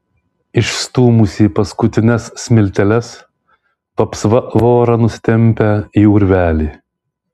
išstūmusi paskutines smilteles vapsva vorą nusitempią į urvelį